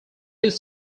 his